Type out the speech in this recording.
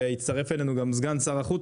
והצטרף אלינו גם סגן שר החוץ,